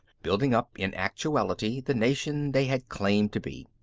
building up in actuality the nation they had claimed to be.